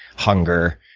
hunger,